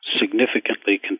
significantly